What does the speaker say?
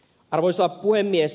arvoisa puhemies